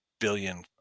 billion